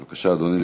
בבקשה, אדוני.